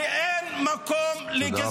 כי אין מקום לגזענות בבית הזה.